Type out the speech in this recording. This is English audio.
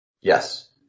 Yes